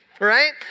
right